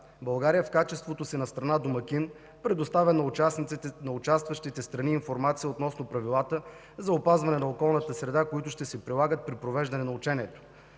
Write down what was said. България в качеството си на страна домакин предоставя на участващите страни информация относно правилата за опазване на околната среда, които ще се прилагат при провеждане на учението.